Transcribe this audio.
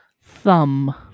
thumb